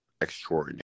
extraordinary